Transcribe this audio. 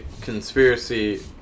conspiracy